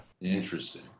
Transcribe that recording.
interesting